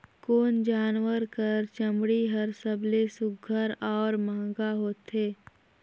कोन जानवर कर चमड़ी हर सबले सुघ्घर और महंगा होथे?